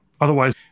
Otherwise